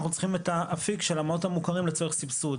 אנחנו צריכים את האפיק של המעונות המוכרים לצורך סבסוד,